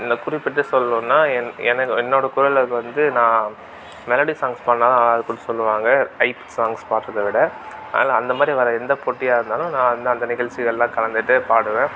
இந்த குறிப்பிட்டு சொல்லணுன்னா என் என்ன என்னோடய குரல் வந்து நான் மெலடி சாங்ஸ் பாடினா தான் நல்லாருக்குதுன்னு சொல்லுவாங்க ஐட்ஸ் சாங்ஸ் பாடுறதைவிட அதனாலே அந்த மாதிரி வர்ற எந்த போட்டியாக இருந்தாலும் நான் வந்து அந்த நிகழ்ச்சிகள்லாம் கலந்துக்கிட்டு பாடுவேன்